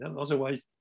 otherwise